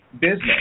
business